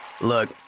look